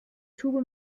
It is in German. tube